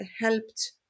helped